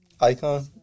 Icon